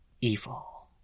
evil